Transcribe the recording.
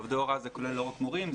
עובדי הוראה זה כולל לא רק מורים,